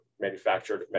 manufactured